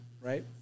right